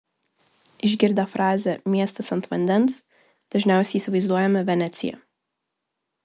išgirdę frazę miestas ant vandens dažniausiai įsivaizduojame veneciją